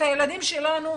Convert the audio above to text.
את הילדים שלנו.